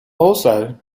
also